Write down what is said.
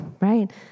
right